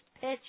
pitch